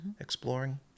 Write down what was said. exploring